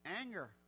anger